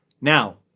Now